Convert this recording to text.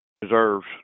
deserves